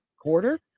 quarter